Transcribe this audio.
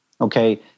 Okay